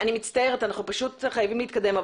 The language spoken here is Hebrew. אנחנו חייבים להתקדם.